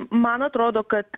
man atrodo kad